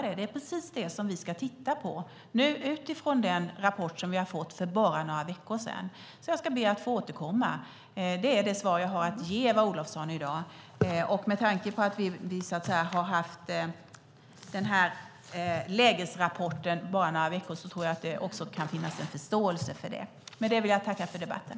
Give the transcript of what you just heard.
Det ska vi titta på utifrån den rapport som vi fick för bara några veckor sedan. Jag ber att få återkomma. Det är det svar jag kan ge Eva Olofsson i dag. Med tanke på att lägesrapporten kom för bara några veckor sedan tror jag att det kan finnas förståelse för det. Tack för debatten.